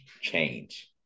change